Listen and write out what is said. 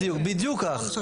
בדיוק כך.